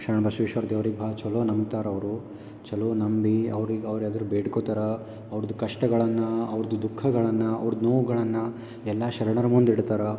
ಶರಣು ಬಸವೇಶ್ವರ್ ದೇವ್ರಿಗೆ ಬಹಳ ಚಲೋ ನಂಬ್ತಾರೆ ಅವರು ಚಲೋ ನಂಬಿ ಅವ್ರಿಗೆ ಅವ್ರು ಎದ್ರು ಬೇಡ್ಕೋತಾರ ಅವ್ರ್ದು ಕಷ್ಟಗಳನ್ನು ಅವ್ರ್ದು ದುಃಖಗಳನ್ನ ಅವ್ರದ್ದು ನೋವುಗಳನ್ನು ಎಲ್ಲಾ ಶರಣರ ಮುಂದೆ ಇಡ್ತಾರೆ